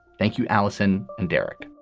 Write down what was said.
thank you, alison and derek.